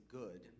good